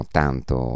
tanto